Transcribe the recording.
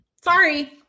Sorry